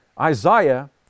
Isaiah